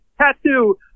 tattoo